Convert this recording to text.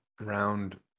round